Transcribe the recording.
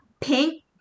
pink